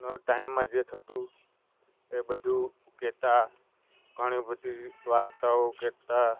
નો ટાઈમમાં જે થતું એ બધું કહેતા ઘણી બધી વાર્તાઓ કહેતા